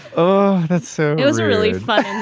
um so it was really fun